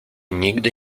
nigdy